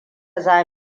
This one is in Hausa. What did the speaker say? za